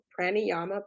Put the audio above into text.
pranayama